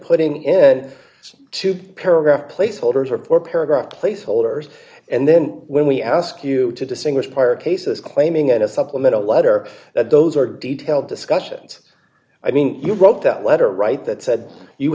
putting in a two paragraph placeholders or poor paragraph placeholders and then when we ask you to distinguish park d cases claiming a supplemental letter that those are detailed discussions i mean you wrote that letter right that said you